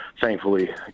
thankfully